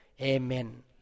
Amen